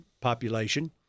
population